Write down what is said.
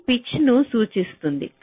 ఇది పిచ్ను సూచిస్తుంది